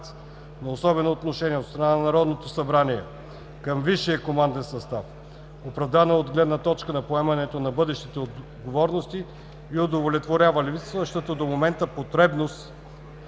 на особено отношение от страна на Народното събрание към висшия команден състав, оправдано е от гледна точка на поемането на бъдещите отговорности и удовлетворява липсващата до момента потребност